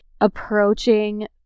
approaching